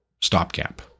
stopgap